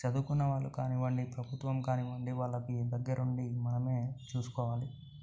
చదువుకున్న వాళ్ళు కానివ్వండి ప్రభుత్వం కానివ్వండి వాళ్ళకి దగ్గర ఉండి మనమే చూసుకోవాలి